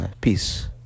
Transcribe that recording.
peace